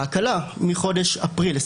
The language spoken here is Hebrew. ההקלה מחודש אפריל,